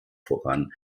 voran